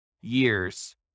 years